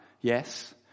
yes